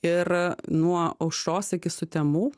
ir a nuo aušros iki sutemų